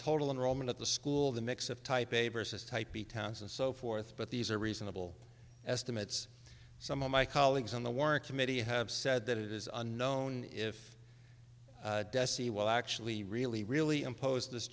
total enrollment at the school the mix of type a versus type b towns and so forth but these are reasonable estimates some of my colleagues on the warren committee have said that it is unknown if dessie will actually really really impose this